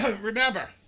remember